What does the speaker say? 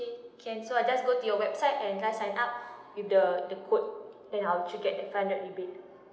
can so I just go to your website and just sign up with the the code then I actually get the five hundred rebate